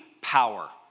power